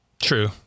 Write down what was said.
True